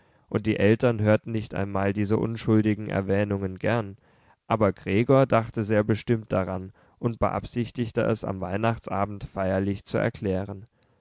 und die eltern hörten nicht einmal diese unschuldigen erwähnungen gern aber gregor dachte sehr bestimmt daran und beabsichtigte es am weihnachtsabend feierlich zu erklären